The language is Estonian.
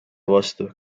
vastu